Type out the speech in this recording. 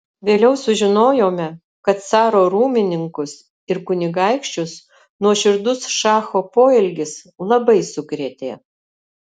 vėliau sužinojome kad caro rūmininkus ir kunigaikščius nuoširdus šacho poelgis labai sukrėtė